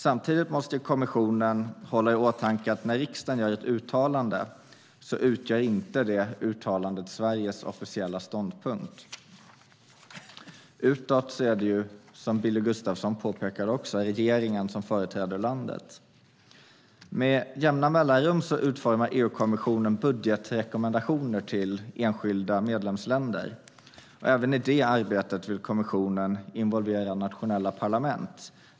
Samtidigt måste kommissionen ha i åtanke att när riksdagen gör ett uttalande utgör inte det uttalandet Sveriges officiella ståndpunkt. Utåt är det, som Billy Gustafsson också påpekade, regeringen som företräder landet. Med jämna mellanrum utformar EU-kommissionen budgetrekommendationer till enskilda medlemsländer. Även i det arbetet vill kommissionen involvera nationella parlament.